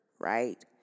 right